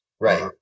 right